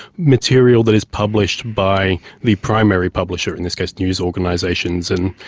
material that is published by the primary publisher, in this case news organisations and,